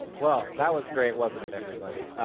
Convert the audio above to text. well, that was great, wasn't it, everybody?